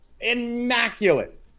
immaculate